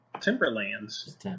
Timberlands